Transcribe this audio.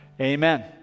Amen